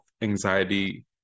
anxiety